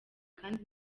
kandi